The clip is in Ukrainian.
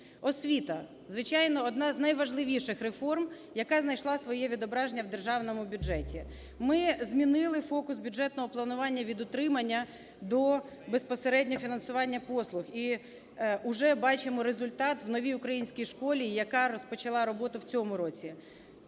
Звичайно, одна з найважливіших реформ, яка знайшла своє відображення в Державному бюджеті. Ми змінили фокус бюджетного планування від утримання до безпосередньо фінансування послуг, і уже бачимо результат в новій українській школі, яка розпочала роботу в цьому році.